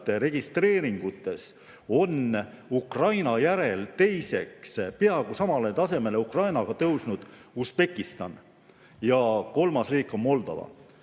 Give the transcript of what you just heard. registreeringutes on Ukraina järel teiseks, peaaegu samale tasemele Ukrainaga tõusnud Usbekistan. Ja kolmas riik on Moldova.